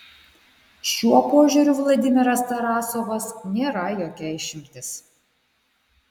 šiuo požiūriu vladimiras tarasovas nėra jokia išimtis